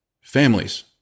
families